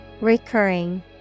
Recurring